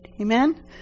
Amen